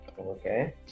Okay